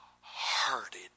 hearted